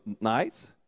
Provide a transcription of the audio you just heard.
nights